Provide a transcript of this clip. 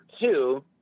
two